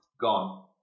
gone